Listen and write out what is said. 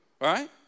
right